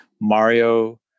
Mario